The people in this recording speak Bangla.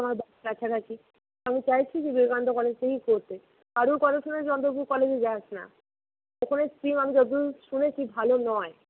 আমার কাছাকাছি আমি চাইছি যে বিবেকানন্দ কলেজ থেকেই পড়তে কারো কথা শুনে চন্দ্রপুর কলেজে যাস না ওখানে স্ট্রিম আমি যতদূর শুনেছি ভালো নয়